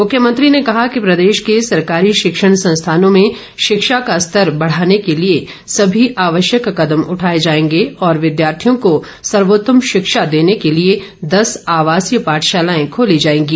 मुख्यमत्री ने कहा कि प्रदेश के सरकारी शिक्षण संस्थानों में शिक्षा का स्तर बढाने के लिए सभी आवश्यक कदम उठाए जाएंगे और विद्यार्थियों को सर्वोत्तम शिक्षा देने के लिए दस आवासीय पाठशालाएं खोली जाएंगी